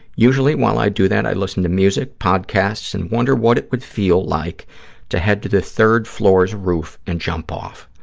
usually while i do that, i listen to music, podcasts, and wonder what it would feel like to head to the third floor's roof and jump off.